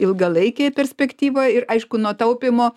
ilgalaikėj perspektyvoj ir aišku nuo taupymo